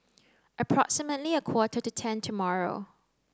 approximately a quarter to ten tomorrow